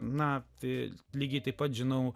na tai lygiai taip pat žinau